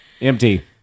Empty